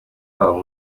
wabo